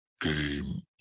Game